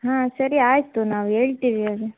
ಹಾಂ ಸರಿ ಆಯಿತು ನಾವು ಹೇಳ್ತೀವಿ ಅದು